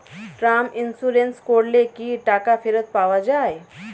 Term insurance করলে কি টাকা ফেরত পাওয়া যায়?